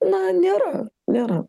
na nėra nėra